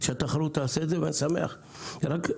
שהתחרות תעשה את זה ואני שמח על כך.